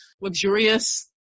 luxurious